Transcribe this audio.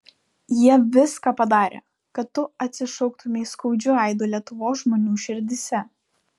jie viską padarė kad tu atsišauktumei skaudžiu aidu lietuvos žmonių širdyse